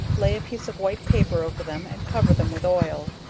lay a piece of white paper over them, and cover them with oil.